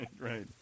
right